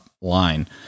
line